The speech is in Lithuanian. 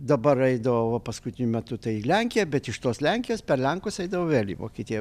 dabar eidavo va paskutiniu metu tai į lenkiją bet iš tos lenkijos per lenkus eidavo vėl į vokietiją